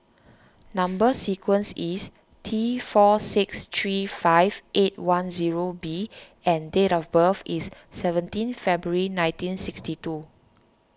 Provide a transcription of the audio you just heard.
Number Sequence is T four six three five eight one zero B and date of birth is seventeen February nineteen sixty two